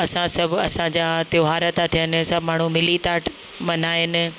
असां सभु असांजा त्योहार था थियनि सभु माण्हू मिली था मल्हाइनि